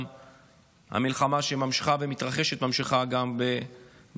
גם המלחמה שנמשכת ומתרחשת באוקראינה,